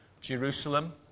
Jerusalem